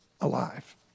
alive